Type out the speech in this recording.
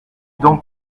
dent